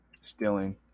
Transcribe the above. stealing